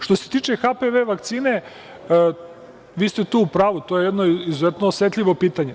Što se tiče HPV vakcine, vi ste tu u pravu, to je jedno izuzetno osetljivo pitanje.